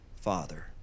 father